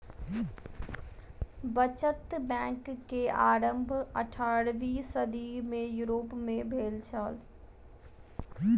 बचत बैंक के आरम्भ अट्ठारवीं सदी में यूरोप में भेल छल